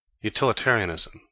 Utilitarianism